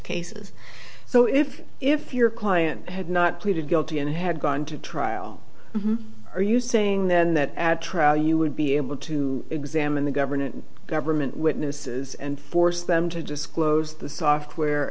cases so if if your client had not pleaded guilty and had gone to trial are you saying then that trial you would be able to examine the government government witnesses and force them to disclose the software